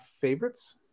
favorites